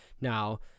Now